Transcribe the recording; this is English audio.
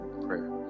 prayer